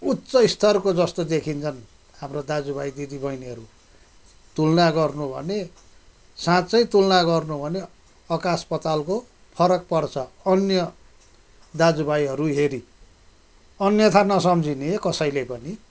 उच्च स्तरको जस्तो देखिन्छन् हाम्रो दाजुभाइ दिदीबहिनीहरू तुलना गर्नु हो भने साँच्चै तुलना गर्नु हो भने आकाश पातालको फरक पर्छ अन्य दाजुभाइहरू हेरी अन्यथा न सम्झिने कसैले पनि